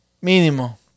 Mínimo